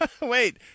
Wait